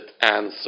answer